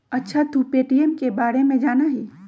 अच्छा तू पे.टी.एम के बारे में जाना हीं?